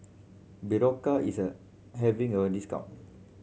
Berocca is a having a discount